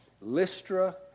Lystra